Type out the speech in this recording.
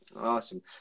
Awesome